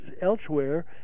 elsewhere